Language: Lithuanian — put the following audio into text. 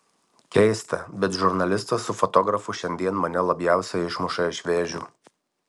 keista bet žurnalistas su fotografu šiandien mane labiausiai išmuša iš vėžių